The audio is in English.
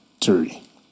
three